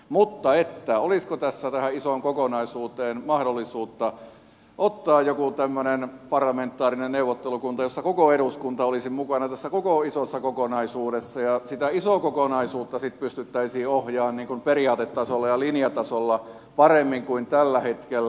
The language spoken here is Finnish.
mutta olisiko tässä tähän isoon kokonaisuuteen mahdollisuutta ottaa joku tämmöinen parlamentaarinen neuvottelukunta jossa koko eduskunta olisi mukana tässä koko isossa kokonaisuudessa ja sitä isoa kokonaisuutta sitten pystyttäisiin ohjaamaan periaatetasolla ja linjatasolla paremmin kuin tällä hetkellä